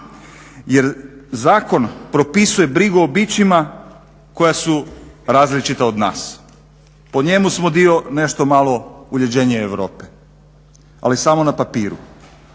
jer zakon propisuje brigu o bićima koja su različita od nas. Po njemu smo dio nešto malo uljuđenije Europe ali samo na papiru.